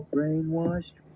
Brainwashed